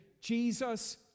Jesus